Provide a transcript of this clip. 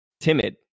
timid